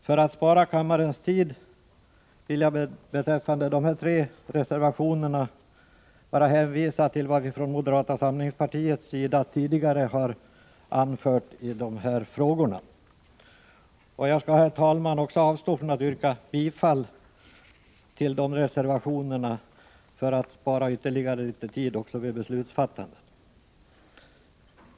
För att spara kammarens tid vill jag beträffande dessa tre reservationer vara hänvisa till vad vi från moderata samlingspartiets sida tidigare har anfört när det gäller dessa frågor. Herr talman! Jag skall även avstå från att yrka bifall till dessa reservationer för att spara ytterligare tid vid beslutsfattandet.